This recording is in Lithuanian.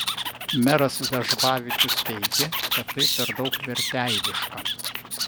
meras vežbavičius teigė kad tai per daug verteiviška